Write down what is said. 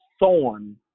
thorn